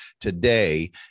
today